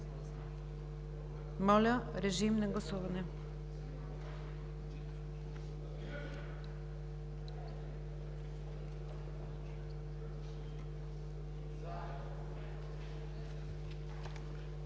Моля, режим на гласуване.